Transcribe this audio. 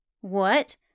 What